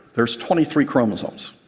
there's twenty three chromosomes.